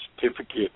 certificate